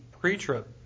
pre-trip